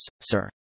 sir